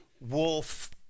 Wolf